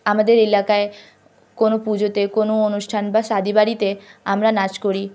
আমাদের এলাকায় কোনো পুজোতে কোনো অনুষ্ঠান বা শাদি বাড়িতে আমরা নাচ করি